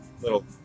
little